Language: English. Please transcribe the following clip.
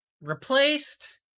replaced